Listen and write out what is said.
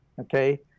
Okay